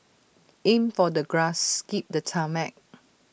aim for the grass skip the tarmac